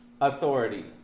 authority